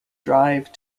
drive